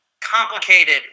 complicated